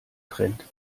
trend